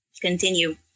continue